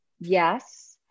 yes